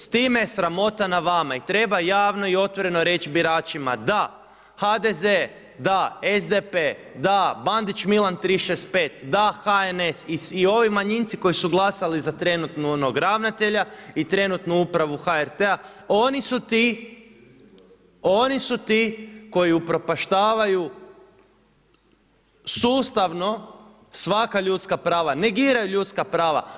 S time je sramota na vama i treba javno i otvoreno reći biračima da HDZ, da SDP, da Bandić Milan 365, da HNS i ovi manjinci koji su glasali za trenutnog ravnatelja i trenutnu upravu HRT-a oni su ti koji upropaštavaju sustavno svaka ljudska prava, negiraju ljudska prava.